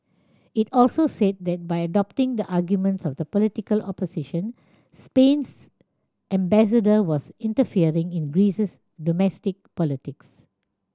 it also said that by adopting the arguments of the political opposition Spain's ambassador was interfering in Greece's domestic politics